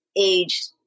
age